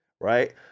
right